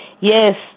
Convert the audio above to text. Yes